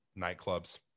nightclubs